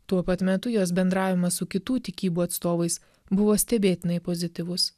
tuo pat metu jos bendravimas su kitų tikybų atstovais buvo stebėtinai pozityvus